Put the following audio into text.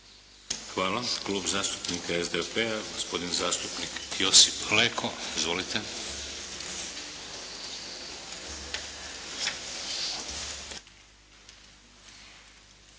Hvala. Klub zastupnika SDP-a, gospodin zastupnik Josip Leko. Izvolite.